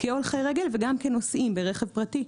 כהולכי רגל וגם כנוסעים ברכב פרטי.